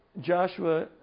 Joshua